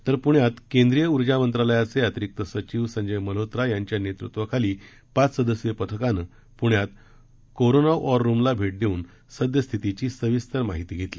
तर प्रण्यात केंद्रीय ऊर्जा मंत्रालयाचे अतिरिक्त सचिव संजय मल्होत्रा यांच्या नेतृत्वाखालील पाच सदस्यीय पथकाने पुण्यात करोना वॉर रूमला भेट देऊन सद्यस्थितीची सविस्तर माहिती घेतली